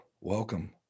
welcome